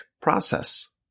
process